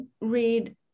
read